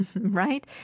right